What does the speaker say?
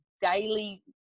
daily